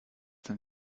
than